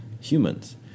humans